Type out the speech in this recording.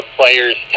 players